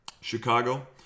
Chicago